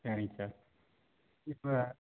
சரிங்க சார் இப்போ